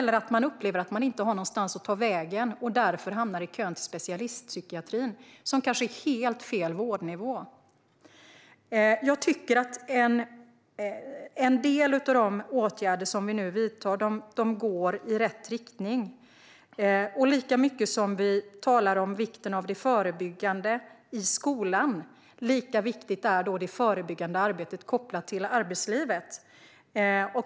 De kan också uppleva att de inte har någonstans att ta vägen och hamnar därför i kön till specialistpsykiatrin, vilket kanske är helt fel vårdnivå. Jag tycker att en del av de åtgärder vi nu vidtar går i rätt riktning. Lika viktigt som förebyggande i skolan är det förebyggande arbetet kopplat till arbetslivet.